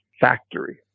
factory